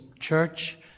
church